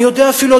אני יודע אפילו,